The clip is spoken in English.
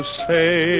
say